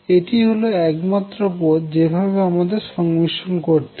এটি হল একমাত্র পথ যেভাবে আমাদের সংমিশ্রন করতে হবে